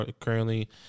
currently